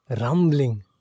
rumbling